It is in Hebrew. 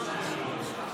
כמה מדינות בסך הכול?